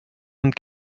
und